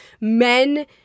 men